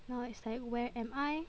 now it's like where am I